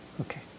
Okay